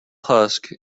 husk